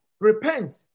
repent